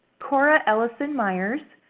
cora ellison myers,